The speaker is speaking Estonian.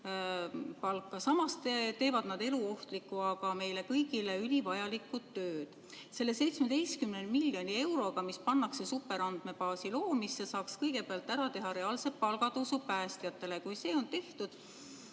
eurot, samas teevad nad eluohtlikku, aga meile kõigile ülivajalikku tööd. Selle 17 miljoni euroga, mis pannakse superandmebaasi loomisse, saaks kõigepealt ära teha päästjate reaalse palgatõusu. Kui see on tehtud,